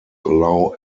allow